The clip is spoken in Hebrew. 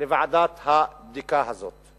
לוועדת הבדיקה הזאת,